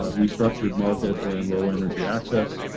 ah restructured market, or and low energy access.